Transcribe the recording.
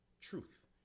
truth